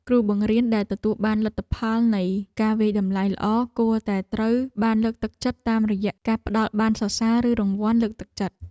គ្រូបង្រៀនដែលទទួលបានលទ្ធផលនៃការវាយតម្លៃល្អគួរតែត្រូវបានលើកទឹកចិត្តតាមរយៈការផ្តល់ប័ណ្ណសរសើរឬរង្វាន់លើកទឹកចិត្ត។